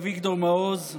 אביגדור מעוז,